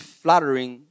flattering